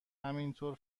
همینطور